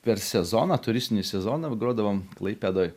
per sezoną turistinį sezoną grodavom klaipėdoj